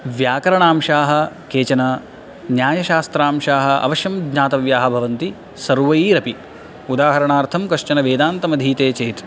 व्याकरणांशाः केचन न्यायशास्त्रांशाः अवश्यं ज्ञातव्याः भवन्ति सर्वैरपि उदाहरणार्थं कश्चन वेदान्तमधीते चेत्